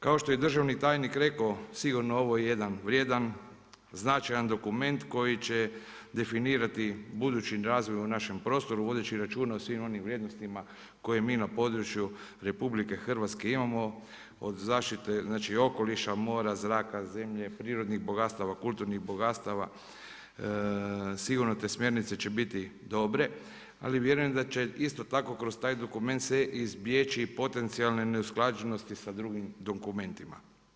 Kao što je državni tajnik rekao sigurno ovo je jedan vrijedan značajan dokument koji će definirati budući razvoj u našem prostoru vodeći računa o svim onim vrijednostima koje mi na području RH imamo od zaštite okoliša, mora, zraka, zemlje, prirodnih bogatstava, kulturnih bogatstava sigurno te smjernice će biti dobre, ali vjerujem da će isto tako kroz taj dokument se izbjeći potencijalne neusklađenosti sa drugim dokumentima.